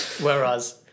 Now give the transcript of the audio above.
Whereas